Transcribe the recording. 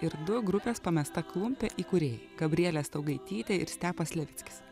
ir du grupės pamesta klumpė įkūrėjai gabrielė staugaitytė ir stepas levickis